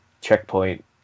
checkpoint